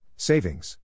Savings